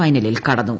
ഫൈനലിൽ കടന്നു